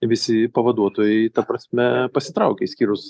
visi pavaduotojai ta prasme pasitraukė išskyrus